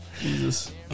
Jesus